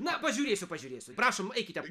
na pažiūrėsiu pažiūrėsiu prašom eikite